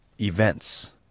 events